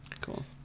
cool